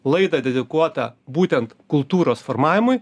laidą dedikuotą būtent kultūros formavimui